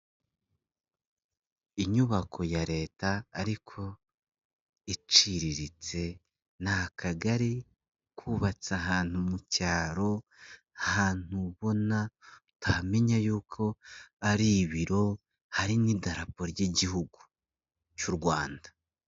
Inyubako ya leta ariko iciriritse ni akagari kubatse ahantu mu cyaro, hantu ubona utamenya yuko ari ibiro hari n'idarapo ry'igihugu cy'u Rwanda.